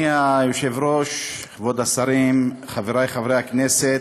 אדוני היושב-ראש, כבוד השרים, חברי חברי הכנסת,